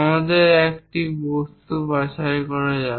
আমাদের এই বস্তু বাছাই করা যাক